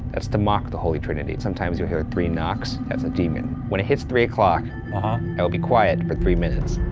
that's to mock the holy trinity. sometimes you'll hear three knocks, that's a demon. when it hits three o'clock uh-huh. i will be quiet for three minutes.